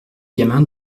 gamins